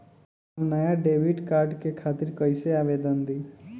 हम नया debit card के खातिर कइसे आवेदन दीं?